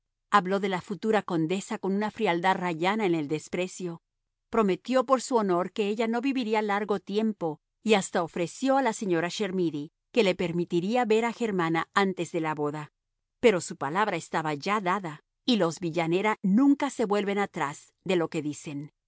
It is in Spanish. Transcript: habló de la futura condesa con una frialdad rayana en el desprecio prometió por su honor que ella no viviría largo tiempo y hasta ofreció a la señora chermidy que le permitiría ver a germana antes de la boda pero su palabra estaba ya dada y los villanera nunca se vuelven atrás de lo que dicen